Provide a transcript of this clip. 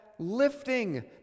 Lifting